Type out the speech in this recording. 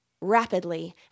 Rapidly